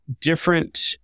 different